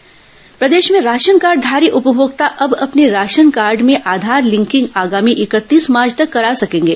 ration card Aadhaar linking प्रदेश में ration card धारी उपमोक्ता अब अपने राशन कार्ड में आधार लिंकिंग आगामी इकतीस मार्च तक करा सकेंगे